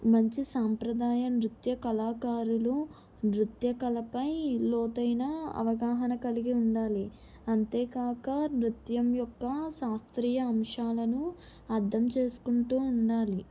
మంచి సాంప్రదాయ నృత్య కళాకారులు నృత్య కళపై లోతైన అవగాహన కలిగి ఉండాలి అంతేకాక నృత్యం యొక్క శాస్త్రీయ అంశాలను అర్థం చేసుకుంటు ఉండాలి